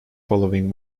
following